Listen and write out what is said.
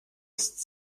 ist